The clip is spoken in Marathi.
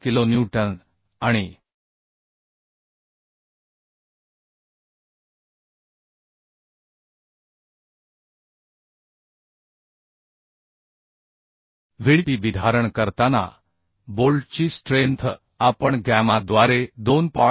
26 किलोन्यूटन आणि Vdpbधारण करताना बोल्टची स्ट्रेंथ आपण गॅमा द्वारे2